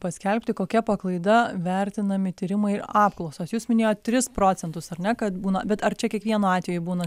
paskelbti kokia paklaida vertinami tyrimai apklausos jūs minėjot tris procentus ar ne kad būna bet ar čia kiekvienu atveju būna